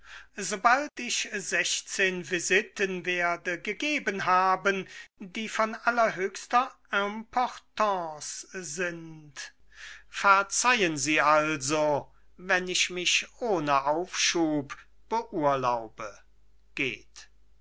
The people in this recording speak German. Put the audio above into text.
sobald ich sechzehn visiten werde gegeben haben die von allerhöchster importance sind verzeihen sie also wenn ich mich ohne aufschub beurlaube